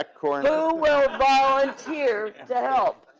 ah corner. who will volunteer to help.